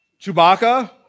Chewbacca